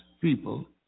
people